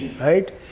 right